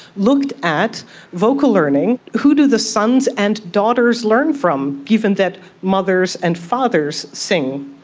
looked at vocal learning. who do the sons and daughters learn from, given that mothers and fathers sing?